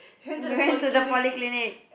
we ran to the polyclinic